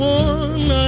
one